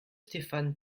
stéphane